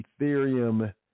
Ethereum